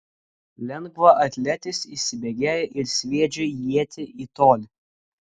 lengvaatletis įsibėgėja ir sviedžia ietį į tolį